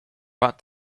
but